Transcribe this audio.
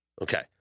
Okay